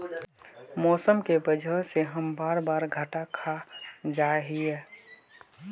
मौसम के वजह से हम सब बार बार घटा खा जाए हीये?